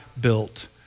built